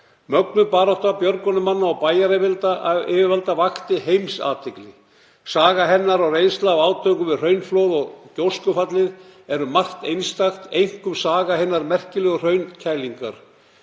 Mögnuð barátta björgunarmanna og bæjaryfirvalda vakti heimsathygli. Saga hennar og reynslan af átökum við hraunflóð og gjóskufallið er um margt einstæð, einkum saga hinnar merkilegu hraunkælingar.